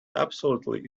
absolutely